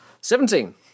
Seventeen